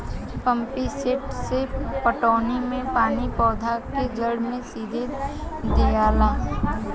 pump set से पटौनी मे पानी पौधा के जड़ मे सीधे दियाला